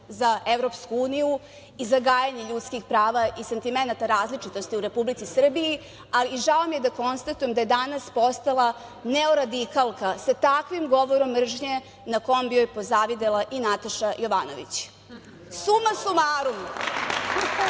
za EU, i za gajenje ljudskih prava i sentimenata različitosti u Republici Srbiji, i žao mi je da konstatujem da je danas postala neoradikalka sa takvim govorom mržnje, na kom bi joj pozavidela i Nataša Jovanović. Suma sumarum,